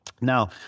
Now